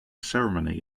ceremony